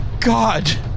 God